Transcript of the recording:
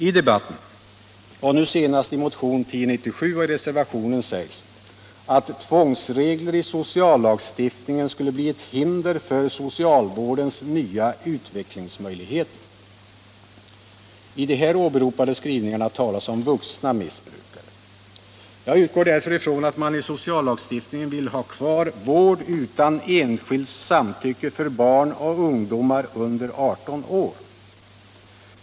I debatten och nu senast i motionen 1097 och i reservationen sägs att tvångsregler i sociallagstiftningen skulle bli ett hinder för socialvårdens nya utvecklingsmöjligheter. I de här åberopade skrivningarra talas om vuxna missbrukare. Jag utgår därför från att man i sociallagstiftningen vill ha kvar vård utan enskilds samtycke för barn och ungdomar under 18 år.